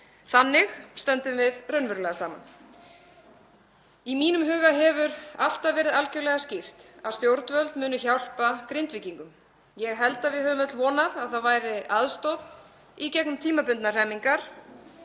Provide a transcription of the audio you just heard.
Þannig stöndum við raunverulega saman. Í mínum huga hefur alltaf verið algerlega skýrt að stjórnvöld munu hjálpa Grindvíkingum. Ég held að við höfum öll vonað að það væri aðstoð í gegnum tímabundnar hremmingar